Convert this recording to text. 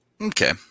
Okay